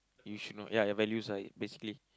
you should know ya your values lah basically